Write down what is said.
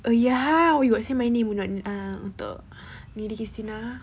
oh ya you got say my name or not untuk qistina